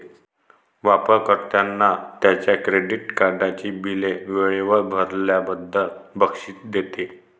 वापर कर्त्यांना त्यांच्या क्रेडिट कार्डची बिले वेळेवर भरल्याबद्दल बक्षीस देते